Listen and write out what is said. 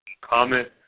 comment